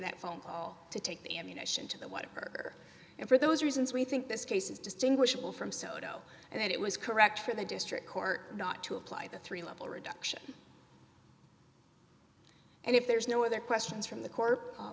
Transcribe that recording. that phone call to take the ammunition to the water and for those reasons we think this case is distinguishable from sotto and that it was correct for the district court not to apply the three level reduction and if there's no other questions from the court